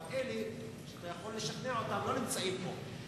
אבל אלה שאתה יכול לשכנע אותם לא נמצאים פה.